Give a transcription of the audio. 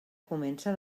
comença